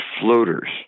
floaters